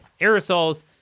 aerosols